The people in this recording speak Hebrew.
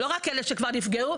לא רק אלה שכבר נפגעו,